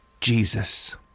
Jesus